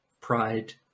pride